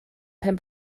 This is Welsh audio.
pen